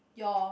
your